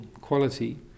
quality